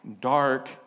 dark